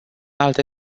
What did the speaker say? alte